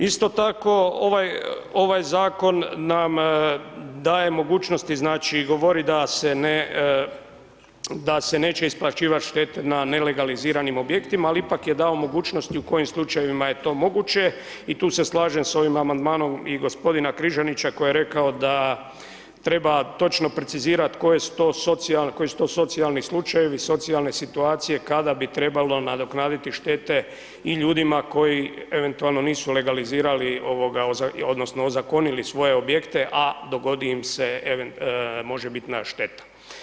Isto tako, ovaj zakon nam daje mogućnosti znači i govori da se ne, da se neće isplaćivati štete na nelegaliziranim objektima, ali ipak je dao mogućnosti u kojim slučajevima je to moguće i tu se slažem s ovim amandmanom i g. Križanića koji je rekao da treba točno precizirati koje su to socijalni slučajevi, socijalne situacije kada bi trebalo nadoknaditi štete i ljudima koji eventualno nisu legalizirali odnosno ozakonili svoje objekte, a dogodi im se možebitna šteta.